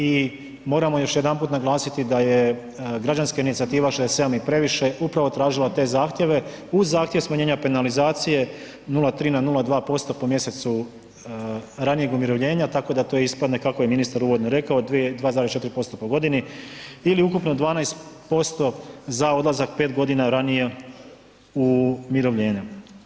I moramo još jedanput naglasiti da je građanska inicijativa 67 je previše upravo tražila te zahtjeve uz zahtjev smanjenja penalizacije 0,3 na 0,2% po mjesecu ranijeg umirovljenja tako da to ispadne kako je ministar uvodno rekao 2,4% po godini ili ukupno 12% za odlazak 5 godina ranije u umirovljenje.